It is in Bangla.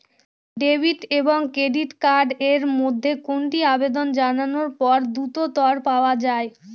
ডেবিট এবং ক্রেডিট কার্ড এর মধ্যে কোনটি আবেদন জানানোর পর দ্রুততর পাওয়া য়ায়?